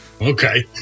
okay